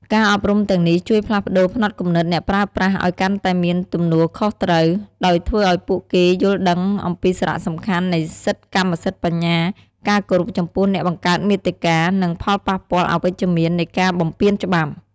ការអប់រំទាំងនេះជួយផ្លាស់ប្តូរផ្នត់គំនិតអ្នកប្រើប្រាស់ឱ្យកាន់តែមានទំនួលខុសត្រូវ ដោយធ្វើឱ្យពួកគេយល់ដឹងអំពីសារៈសំខាន់នៃសិទ្ធិកម្មសិទ្ធិបញ្ញា ការគោរពចំពោះអ្នកបង្កើតមាតិកា និងផលប៉ះពាល់អវិជ្ជមាននៃការបំពានច្បាប់។